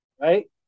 Right